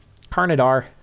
Carnadar